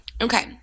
Okay